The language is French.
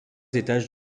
étages